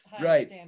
right